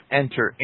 enter